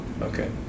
Okay